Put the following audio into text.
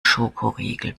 schokoriegel